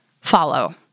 follow